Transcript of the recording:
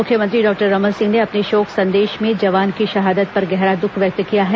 मुख्यमंत्री डॉक्टर रमन सिंह ने अपने शोक संदेश में जवान की शहादत पर गहरा दुःख व्यक्त किया है